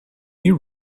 you